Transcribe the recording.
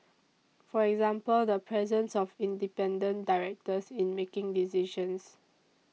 for example the presence of independent directors in making decisions